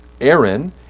Aaron